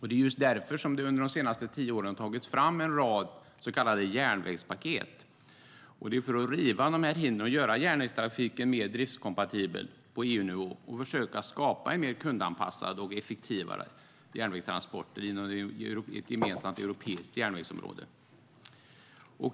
Det är just därför som det under de senaste tio åren har tagits fram ett antal så kallade järnvägspaket. Det är för att riva hindren och göra järnvägstrafiken mer driftskompatibel på EU-nivå och för att försöka skapa mer kundanpassade och effektivare järnvägstransporter på ett gemensamt europeiskt järnvägsområde.